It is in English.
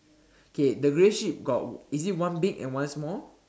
okay the grey sheep got is it one big and one small